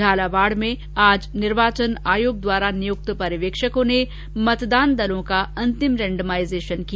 झालावाड़ में आज निर्वाचन आयोग द्वारा नियुक्त पर्यवेक्षकों ने मतदान दलों का अंतिम रेंडमाइजेशन किया